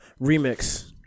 remix